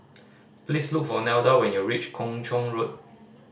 please look for Nelda when you reach Kung Chong Road